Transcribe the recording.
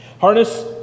Harness